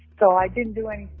so i didn't do and